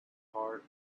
heart